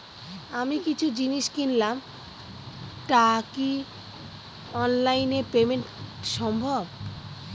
আমি কিছু জিনিস কিনলাম টা কি অনলাইন এ পেমেন্ট সম্বভ?